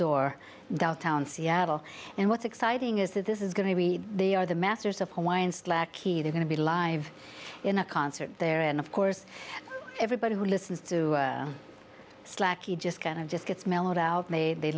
door downtown seattle and what's exciting is that this is going to be they are the masters of hawaiian slack either going to be live in a concert there and of course everybody who listens to slack you just kind of just gets mellowed out maybe they